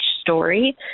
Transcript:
story